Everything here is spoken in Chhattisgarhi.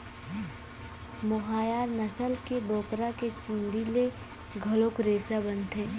मोहायर नसल के बोकरा के चूंदी ले घलोक रेसा बनथे